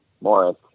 Morris